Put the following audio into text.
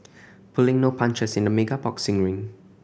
pulling no punches in the mega boxing ring